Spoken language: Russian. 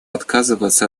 отказываться